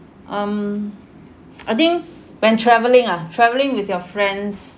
um I think when travelling lah travelling with your friends